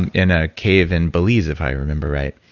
and in a cave in belize, if i remember right.